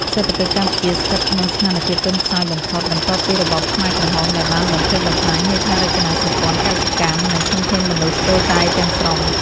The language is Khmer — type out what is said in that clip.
សេដ្ឋកិច្ចកម្ពុជាស្ថិតក្នុងស្ថានភាពទន់ខ្សោយបំផុតបន្ទាប់ពីរបបខ្មែរក្រហម ដែលបានបំផ្លិចបំផ្លាញហេដ្ឋារចនាសម្ព័ន្ធ កសិកម្ម និងធនធានមនុស្សស្ទើរតែទាំងស្រុង ។